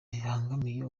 bibangamiye